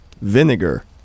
vinegar